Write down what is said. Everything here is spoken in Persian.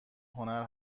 هنر